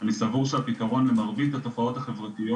אני סבור שהפתרון למרבית התופעות החברתיות